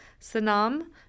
Sanam